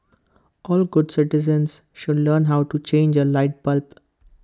all good citizens should learn how to change A light bulb